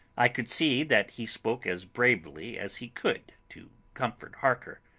i could see that he spoke as bravely as he could to comfort harker.